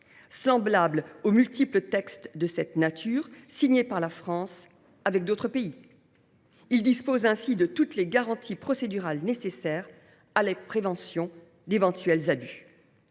semblable aux multiples conventions de cette nature signées par la France avec d’autres pays. Ce texte dispose donc de toutes les garanties procédurales nécessaires à la prévention d’éventuels abus.